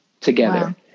together